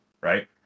Right